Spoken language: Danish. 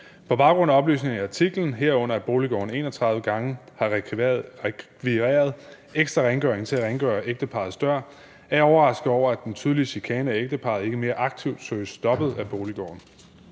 På baggrund af oplysningerne i artiklen, herunder at Boliggården 31 gange har rekvireret ekstra rengøring af ægteparrets dør, er jeg overrasket over, at den tydelige chikane af ægteparret ikke mere aktivt søges stoppet af Boliggården.